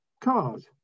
cars